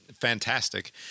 fantastic